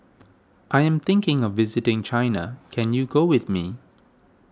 I am thinking of visiting China can you go with me